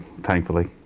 thankfully